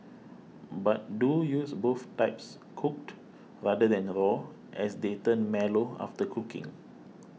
but do use both types cooked rather than raw as they turn mellow after cooking